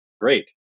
great